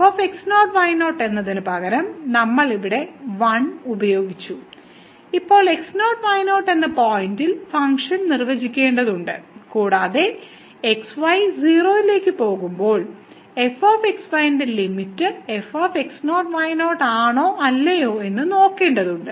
fx0y0 എന്നതിനുപകരം നമ്മൾ അവിടെ 1 ഉപയോഗിച്ചു ഇപ്പോൾ x0 y0 എന്ന പോയിന്റിൽ ഫംഗ്ഷൻ നിർവചിക്കേണ്ടതുണ്ട് കൂടാതെ xy 0 ലേക്ക് പോകുമ്പോൾ fxy ന്റെ ലിമിറ്റ് fx0 y0 ആണോ അല്ലയോ എന്ന് നോക്കേണ്ടതുണ്ട്